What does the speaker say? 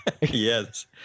yes